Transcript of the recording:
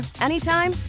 anytime